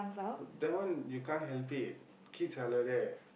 that one you can't help it kids are like that